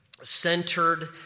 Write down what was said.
centered